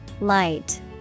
light